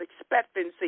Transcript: expectancy